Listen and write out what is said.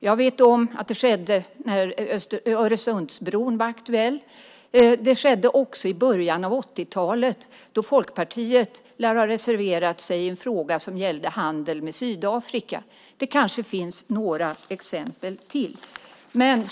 Jag vet att det skedde när Öresundsbron var aktuell. Det skedde också i början av 80-talet då Folkpartiet lär ha reserverat sig i en fråga som gällde handel med Sydafrika. Det kanske finns några exempel till.